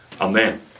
Amen